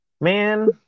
man